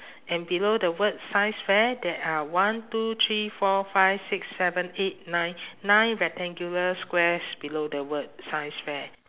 and below the word science fair there are one two three four five six seven eight nine nine rectangular squares below the word science fair